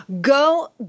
Go